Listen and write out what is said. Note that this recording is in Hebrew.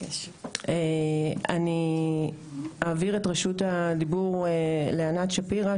אני אעביר את רשות הדיבור לענת שפירא,